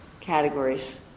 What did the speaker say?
categories